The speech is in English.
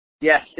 Yes